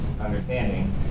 understanding